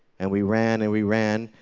and we ran, and we ran,